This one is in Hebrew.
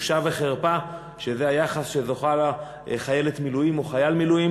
בושה וחרפה שזה היחס שזוכה לו חיילת מילואים או חייל מילואים.